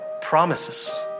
Promises